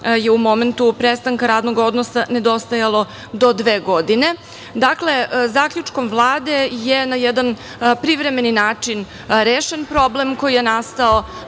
je u momentu prestanka radnog odnosa nedostajalo do dve godine. Dakle, zaključkom Vlade je na jedan privremeni način rešen problem koji je nastao.